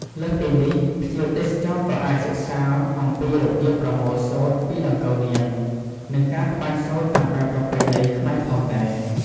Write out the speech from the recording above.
លើសពីនេះ ភ្ញៀវទេសចរក៏អាចសិក្សាអំពីរបៀបប្រមូលសូត្រពីដង្កូវនាង និងការត្បាញសូត្រតាមបែបប្រពៃណីខ្មែរផងដែរ។